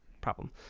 problem